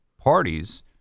parties